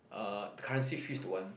uh the currency is three is to one